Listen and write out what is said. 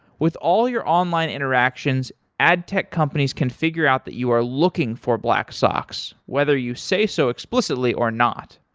with all your online interactions, ad tech companies can figure out that you are looking for black socks, whether you say so explicitly or not.